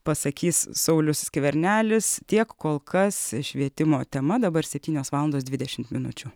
pasakys saulius skvernelis tiek kol kas švietimo tema dabar septynios valandos dvidešimt minučių